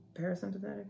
parasympathetic